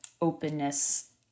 openness